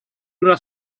una